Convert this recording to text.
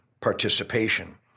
participation